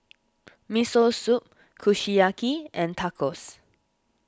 Miso Soup Kushiyaki and Tacos